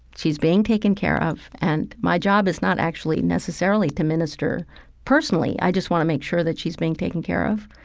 she's being taken care of and my job is not actually necessarily to minister personally. i just want to make sure that she's being taken care of.